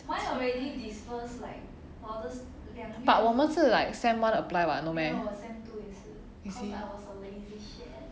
but 我们是 like sem one apply [what] no meh I see